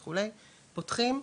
פותחים,